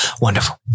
Wonderful